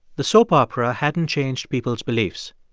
the soap opera hadn't changed people's beliefs.